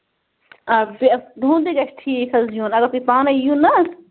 آ تُہٕنٛدُے گژھِ ٹھیٖک حظ یُن اَگر تُہۍ پانَے یِیو نا